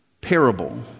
parable